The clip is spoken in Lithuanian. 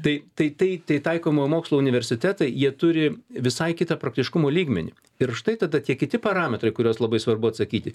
tai tai tai tai taikomojo mokslo universitetai jie turi visai kitą praktiškumo lygmenį ir štai tada tie kiti parametrai į kuriuos labai svarbu atsakyti